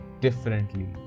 differently